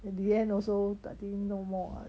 in the end also I think no more